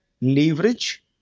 leverage